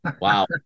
Wow